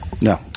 No